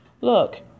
Look